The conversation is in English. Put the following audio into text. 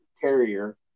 carrier